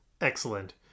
Excellent